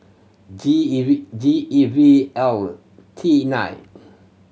G E V G E V L T nine